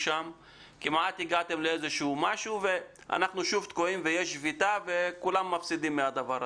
כמעט הגעתם למשהו ואנחנו שוב תקועים ויש שביתה וכולם מפסידים מהדבר הזה.